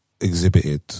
exhibited